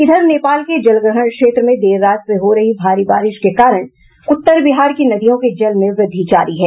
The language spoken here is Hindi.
इधर नेपाल के जलग्रहण क्षेत्र में देर रात से हो रही भारी बारिश के कारण उत्तर बिहार की नदियों के जलस्तर में वृद्धि जारी है